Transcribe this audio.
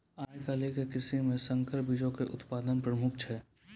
आइ काल्हि के कृषि मे संकर बीजो के उत्पादन प्रमुख छै